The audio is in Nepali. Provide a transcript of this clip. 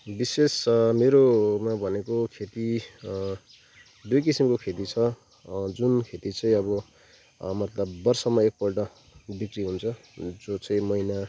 विशेष मेरोमा भनेको खेती दुई किसिमको खेती छ जुन खेति चाहिँ अब मतलब वर्षमा एकपल्ट बिक्री हुन्छ जो चाहिँ महिना